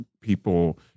people